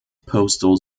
postal